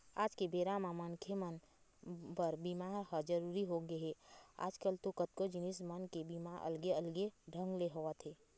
आज के बेरा म मनखे मन बर बीमा ह जरुरी होगे हे, आजकल तो कतको जिनिस मन के बीमा अलगे अलगे ढंग ले होवत हे